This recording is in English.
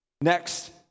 Next